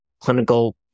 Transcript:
clinical